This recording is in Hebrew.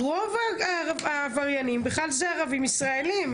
רוב העבריינים בכלל זה ערבים ישראלים.